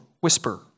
whisper